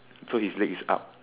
so his leg is up